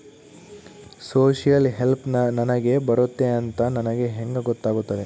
Social help ನನಗೆ ಬರುತ್ತೆ ಅಂತ ನನಗೆ ಹೆಂಗ ಗೊತ್ತಾಗುತ್ತೆ?